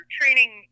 training